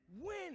win